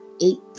eight